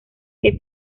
que